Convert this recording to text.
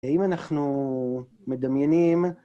אם אנחנו מדמיינים...